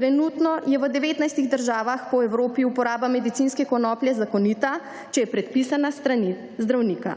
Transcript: Trenutno je v 19 državah po Evropi uporaba medicinske konoplje zakonita, če je predpisana s strani zdravnika.